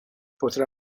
potrà